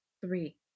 Three